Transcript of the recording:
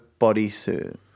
bodysuit